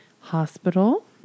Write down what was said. hospital